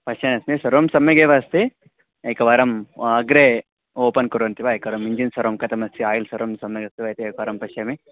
पश्यनस्मि सर्वं सम्यगेव अस्ति एकवारम् अग्रे ओपन् कुर्वन्ति वा एकवारम् इञ्जिन् सर्वं कथमस्ति आयिल् सर्वं सम्यक् अस्ति वा इति एकवारं पश्यामि